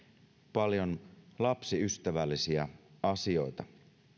paljon lapsiystävällisiä asioita